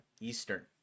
Eastern